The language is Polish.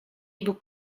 jego